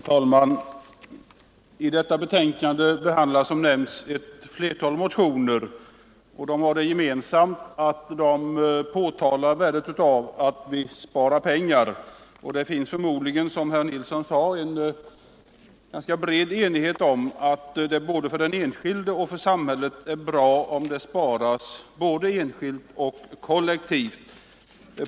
Herr talman! I detta betänkande behandlas, som nämnts, ett flertal motioner. De har det gemensamt att de påtalar värdet av att vi spar pengar. Det finns förmodligen, som herr Nilsson i Trobro sade, en ganska bred enighet om att det både för den enskilde och samhället är bra om det sparas såväl enskilt som kollektivt.